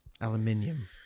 aluminium